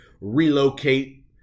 relocate